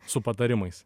su patarimais